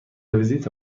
ویزیت